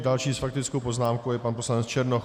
Další s faktickou poznámkou je pan poslanec Černoch.